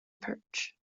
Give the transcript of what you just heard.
perch